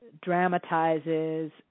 dramatizes